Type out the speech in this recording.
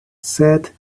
said